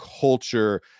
culture